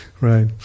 right